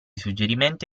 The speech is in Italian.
suggerimenti